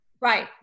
Right